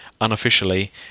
Unofficially